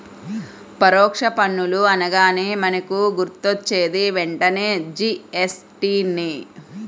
పరోక్ష పన్నులు అనగానే మనకు గుర్తొచ్చేది వెంటనే జీ.ఎస్.టి నే